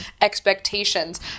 expectations